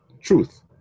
truth